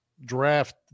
draft